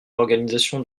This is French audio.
l’organisation